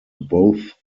both